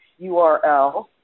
URL